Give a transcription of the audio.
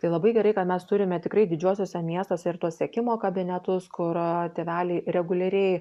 tai labai gerai ka mes turime tikrai didžiuosiuose miestuose ir tuos sekimo kabinetus kur tėveliai reguliariai